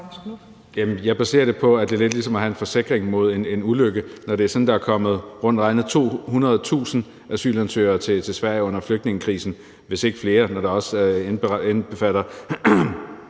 Jeg baserer det på, at det er lidt ligesom at have en forsikring mod en ulykke, når det er sådan, at der er kommet rundt regnet 200.000 asylansøgere til Sverige under flygtningekrisen – hvis ikke flere, når det også indbefatter